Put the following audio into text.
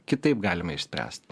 kitaip galima išspręst